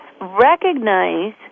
recognize